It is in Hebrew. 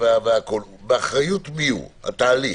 באחריות מי התהליך?